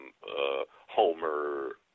Homer